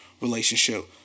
relationship